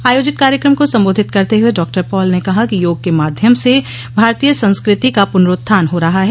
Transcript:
आयोजित कार्यक्रम को सम्बोधित करते हुए डॉ पॉल ने कहा कि योग के माध्यम से भारतीय संस्कृति का पुनरूत्थान हो रहा है